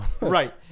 Right